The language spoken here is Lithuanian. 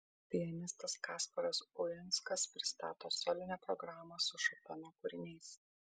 pianistas kasparas uinskas pristato solinę programą su šopeno kūriniais